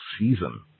season